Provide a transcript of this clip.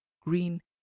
green